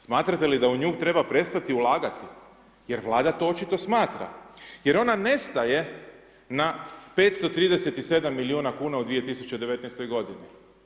Smatrate li da u nju treba prestati ulagati? jer Vlada to očito smatra, jer ona ne staje na 537 milijuna kuna u 2019. godini.